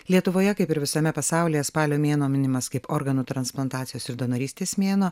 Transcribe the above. lietuvoje kaip ir visame pasaulyje spalio mėnuo minimas kaip organų transplantacijos ir donorystės mėnuo